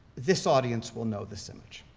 this audience will know this image.